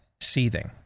seething